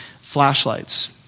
flashlights